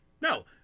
No